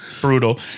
Brutal